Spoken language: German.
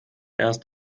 erst